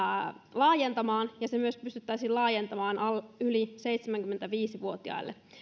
laajentamaan ja että se myös pystyttäisiin laajentamaan yli seitsemänkymmentäviisi vuotiaille